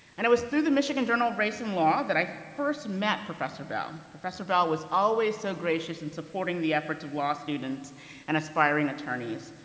and it was through the michigan journal of race and law that i first met professor bell. professor bell was always so gracious in supporting the efforts of law students and aspiring attorneys.